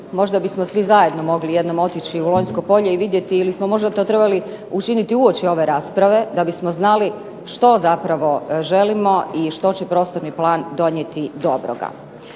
možda bismo svi zajedno mogli jednom otići u Lonjsko polje i vidjeti, ili smo možda to trebali učiniti uoči ove rasprave da bismo znali što zapravo želimo i što će prostorni plan donijeti dobroga.